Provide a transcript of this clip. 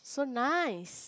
so nice